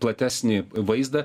platesnį vaizdą